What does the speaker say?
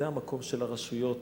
זה המקום של הרשויות